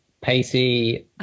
Pacey